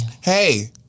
Hey